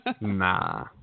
Nah